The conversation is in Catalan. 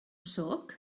sóc